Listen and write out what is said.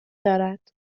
دارد